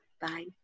Bye